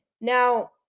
Now